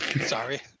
sorry